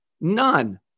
None